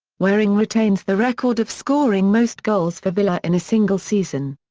waring retains the record of scoring most goals for villa in a single season.